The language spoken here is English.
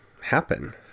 happen